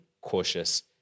cautious